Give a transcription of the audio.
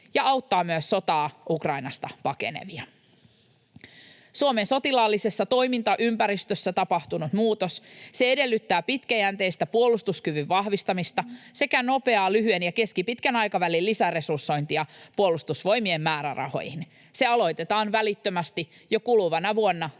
ja auttaa myös sotaa Ukrainasta pakenevia. Suomen sotilaallisessa toimintaympäristössä tapahtunut muutos, se edellyttää pitkäjänteistä puolustuskyvyn vahvistamista sekä nopeaa lyhyen ja keskipitkän aikavälin lisäresursointia Puolustusvoimien määrärahoihin. Se aloitetaan välittömästi jo kuluvana vuonna